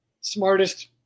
smartest